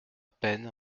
peine